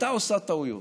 הייתה עושה טעויות.